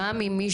גם אם מי